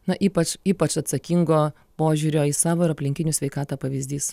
na ypač ypač atsakingo požiūrio į savo ir aplinkinių sveikatą pavyzdys